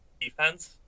defense